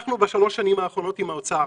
בשלוש השנים האחרונות הצלחנו ביחד עם האוצר